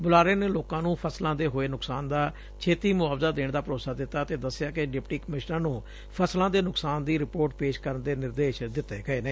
ਬੁਲਾਰੇ ਨੇ ਲੋਕਾਂ ਨੂੰ ਫਸਲਾਂ ਦੇ ਹੋਏ ਨੁਕਸਾਨ ਦਾ ਛੇਤੀ ਮੁਆਵਜਾ ਦੇਣ ਦਾ ਭਰੋਸਾ ਦਿੱਤਾ ਅਤੇ ਦਸਿਆ ਕਿ ਡਿਪਟੀ ਕਮਿਸ਼ਨਰ ਨੰ ਫਸਲਾਂ ਦੇ ਨਕਸਾਨ ਦੀ ਰਿਪੂਰਟ ਪੇਸ਼ ਕਰਨ ਦੇ ਨਿਰਦੇਸ਼ ਦਿੱਤੇ ਗਏ ਨੇ